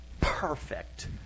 perfect